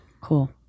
Cool